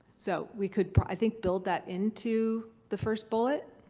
so we could prob. i think build that into the first bullet,